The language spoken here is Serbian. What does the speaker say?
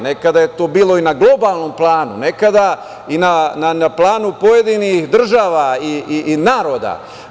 Nekada je to bilo i na globalnom planu, nekada i na planu pojedinih država i naroda.